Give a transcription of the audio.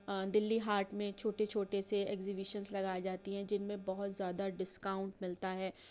دلّی ہاٹ میں چھوٹے چھوٹے سے ایکزیبیشنس لگائے جاتی ہیں جن میں بہت زیادہ ڈسکاؤنٹ ملتا ہے